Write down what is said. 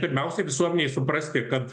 pirmiausiai visuomenei suprasti kad